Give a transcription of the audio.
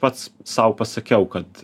pats sau pasakiau kad